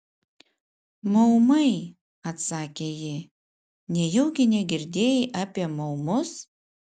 maumai atsakė ji nejaugi negirdėjai apie maumus